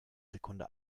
sekunde